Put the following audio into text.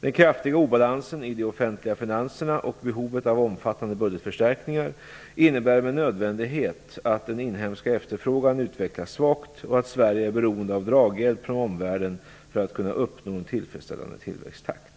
Den kraftiga obalansen i de offentliga finanserna och behovet av omfattande budgetförstärkningar innebär med nödvändighet att den inhemska efterfrågan utvecklas svagt och att Sverige är beroende av draghjälp från omvärlden för att kunna uppnå en tillfredsställande tillväxttakt.